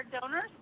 donors